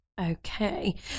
Okay